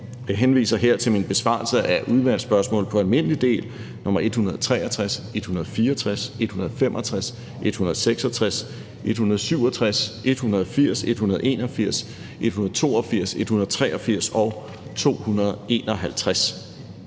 Jeg henviser her til min besvarelse af udvalgsspørgsmål på almindelig del nr. 163, 164, 165, 166, 167, 180, 181, 182, 183 og 251.